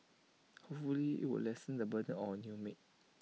hopefully IT will lessen the burden on our new maid